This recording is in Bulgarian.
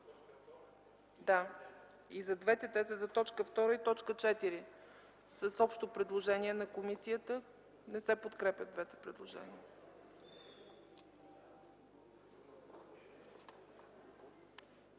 Да, и за двете. Те са за т. 2 и за т. 4, с общо предложение на комисията. Не се подкрепят двете предложения.